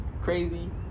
crazy